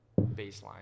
baseline